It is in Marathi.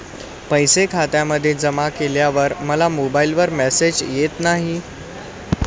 पैसे खात्यामध्ये जमा केल्यावर मला मोबाइलवर मेसेज येत नाही?